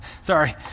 Sorry